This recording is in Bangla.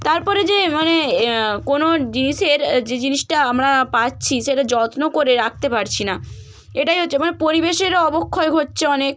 তার পরে যে মানে কোনো জিনিসের যে জিনিসটা আমরা পাচ্ছি সেটা যত্ন করে রাখতে পারছি না এটাই হচ্ছে মানে পরিবেশেরও অবক্ষয় হচ্ছে অনেক